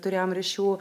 turėjom ryšių